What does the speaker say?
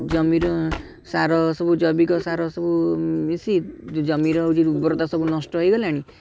ଜମିର ସାର ସବୁ ଜୈବିକ ସାର ସବୁ ମିଶି ଜମିର ଯେଉଁ ଉର୍ବରତା ସବୁ ନଷ୍ଟ ହେଇଗଲାଣି